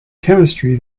chemistry